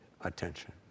attention